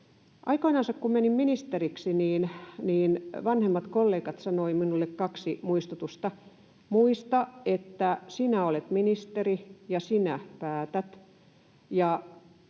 Aikoinansa, kun menin ministeriksi, vanhemmat kollegat sanoivat minulle kaksi muistutusta: Muista, että sinä olet ministeri ja sinä päätät